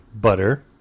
butter